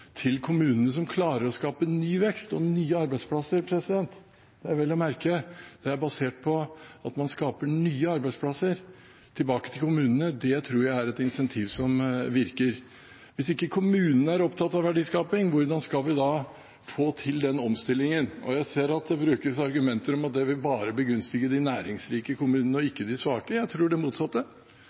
til kommunene som klarer å skape ny vekst og nye arbeidsplasser – vel å merke basert på at man skaper nye arbeidsplasser tilbake til kommunene – tror jeg er et incentiv som virker. Hvis ikke kommunene er opptatt av verdiskaping, hvordan skal vi da få til denne omstillingen? Jeg ser at det brukes argumenter som at det bare vil begunstige de næringsrike kommunene og ikke de svake. Jeg tror det motsatte.